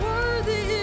Worthy